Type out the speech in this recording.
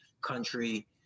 country